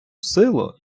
силу